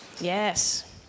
Yes